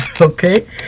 okay